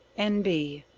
n b.